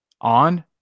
on